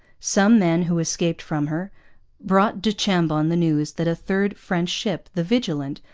some men who escaped from her brought du chambon the news that a third french ship, the vigilant,